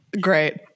great